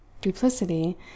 duplicity